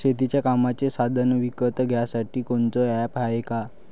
शेतीच्या कामाचे साधनं विकत घ्यासाठी कोनतं ॲप हाये का?